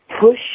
push